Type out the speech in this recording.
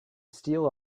steal